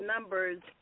numbers